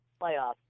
playoffs